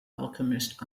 alchemist